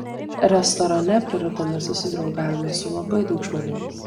restorane pliurpdami susidraugavome su labai daug žmonių